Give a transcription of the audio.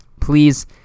please